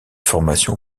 formation